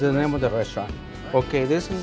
the name of the restaurant ok this is